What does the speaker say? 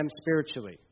spiritually